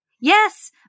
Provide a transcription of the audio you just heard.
yes